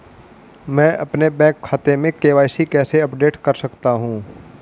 मैं अपने बैंक खाते में के.वाई.सी कैसे अपडेट कर सकता हूँ?